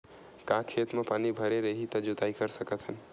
का खेत म पानी भरे रही त जोताई कर सकत हन?